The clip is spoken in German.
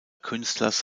künstlers